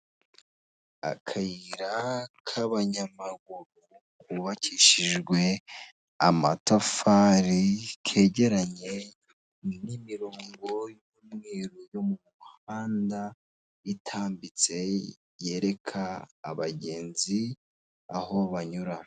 Akayira k'abanyamaguru kubakishijwe amatafari kegeranye n'imirongo y'umweruru yo mu muhanda itambitse yereka abagenzi aho banyura.